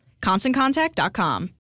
ConstantContact.com